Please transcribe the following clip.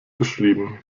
geschrieben